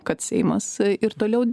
kad seimas ir toliau